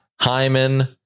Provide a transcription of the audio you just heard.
Hyman